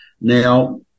Now